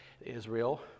Israel